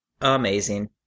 Amazing